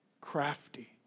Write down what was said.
Crafty